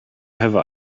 have